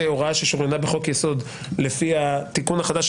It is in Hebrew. ו"הוראה ששוריינה בחוק יסוד" לפי התיקון החדש,